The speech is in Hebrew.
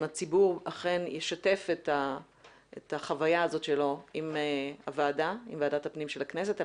הציבור אכן ישתף את החוויה הזאת שלו עם ועדת הפנים של הכנסת,